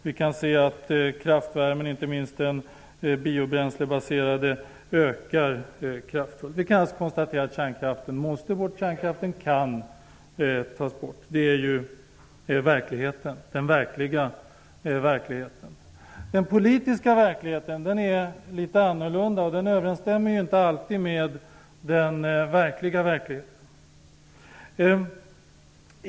Vi kan se att kraftvärmen, inte minst den biobränslebaserade, ökar kraftigt. Vi kan alltså konstatera att kärnkraften måste bort och att kärnkraften kan tas bort. Det är ju verkligheten, den verkliga verkligheten. Den politiska verkligheten är litet annorlunda. Den överensstämmer inte alltid med den verkliga verkligheten.